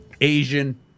Asian